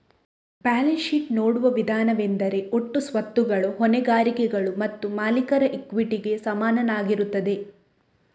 balance sheet ನೋಡುವ ವಿಧಾನವೆಂದರೆ ಒಟ್ಟು ಸ್ವತ್ತುಗಳು ಹೊಣೆಗಾರಿಕೆಗಳು ಮತ್ತು ಮಾಲೀಕರ ಇಕ್ವಿಟಿಗೆ ಸಮನಾಗಿರುತ್ತದೆ